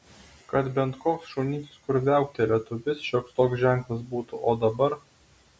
kad bent koks šunytis kur viauktelėtų vis šioks toks ženklas būtų o dabar